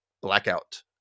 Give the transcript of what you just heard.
Blackout